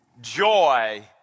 Joy